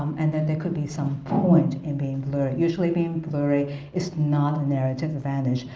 and that there could be some point in being blurry. usually being blurry is not a narrative advantage,